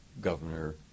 Governor